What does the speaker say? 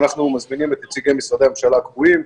אנחנו מזמינים את נציגי משרדי הממשלה הקבועים,